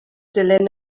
dilyn